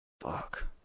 Fuck